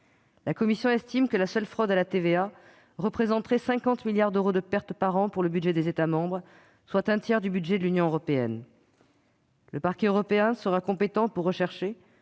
La Commission européenne estime que la seule fraude à la TVA représenterait 50 milliards d'euros de pertes par an pour les budgets des États membres, soit un tiers du budget de l'Union européenne. Le Parquet européen sera compétent pour rechercher,